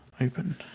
open